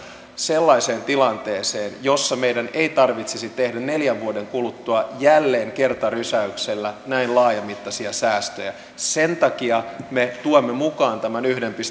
sellaiseen tilanteeseen jossa meidän ei tarvitsisi tehdä neljän vuoden kuluttua jälleen kertarysäyksellä näin laajamittaisia säästöjä sen takia me tuomme mukaan tämän yhden pilkku